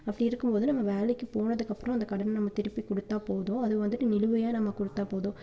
அப்படி இருக்கும் போது நம்ம வேலைக்கு போனதுக்கு அப்றோம் அந்த கடனை நம்ம திருப்பி கொடுத்தா போதும் அது வந்துட்டு நிலுவையாக நம்ம கொடுத்தா போதும்